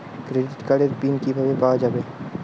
Credit কার্ডের PIN কিভাবে পাওয়া যাবে?